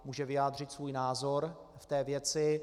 Může vyjádřit svůj názor k té věci.